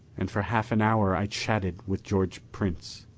and for half an hour i chatted with george prince.